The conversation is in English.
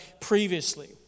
previously